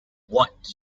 what